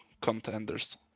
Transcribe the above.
contenders